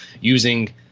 using